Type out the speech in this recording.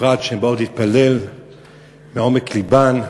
בפרט שהן באות להתפלל מעומק לבן,